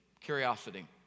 curiosity